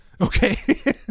Okay